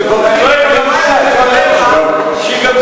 ולכן, היא גם תונח במהירות המשך.